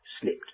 slipped